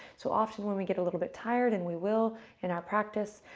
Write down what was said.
so often when we get a little bit tired, and we will in our practice,